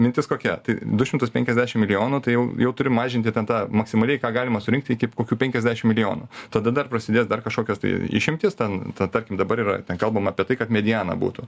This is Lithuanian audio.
mintis kokia tai du šimtus penkiasdešim milijonų tai jau jau turim mažinti ten tą maksimaliai ką galima surinkti iki kokių penkiasdešim milijonų tada dar prasidės dar kažkokios tai išimtys ten ta tarkim dabar yra ten kalbama apie tai kad mediana būtų